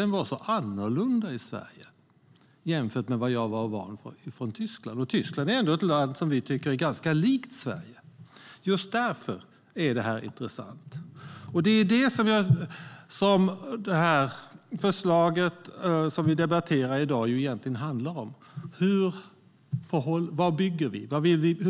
Den var så annorlunda i Sverige jämfört med vad jag var van vid från Tyskland - och Tyskland är ändå ett land som vi tycker är ganska likt Sverige. Men just därför är det intressant. Det är detta budgetförslaget vi debatterar handlar om. Hur